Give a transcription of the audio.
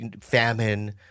famine